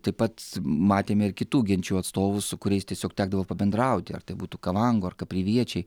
taip pat matėme ir kitų genčių atstovų su kuriais tiesiog tekdavo pabendrauti ar tai būtų kavangorka priviečiai